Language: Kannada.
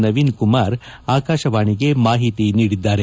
ನವೀನ್ ಕುಮಾರ್ ಆಕಾಶವಾಣಿಗೆ ಮಾಹಿತಿ ನೀಡಿದ್ದಾರೆ